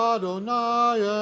Adonai